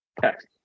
Text